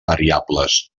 variables